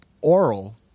oral